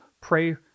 pray